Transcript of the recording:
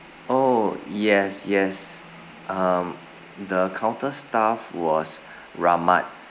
oh yes yes um the counter staff was rahmat